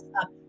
up